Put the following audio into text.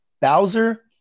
Bowser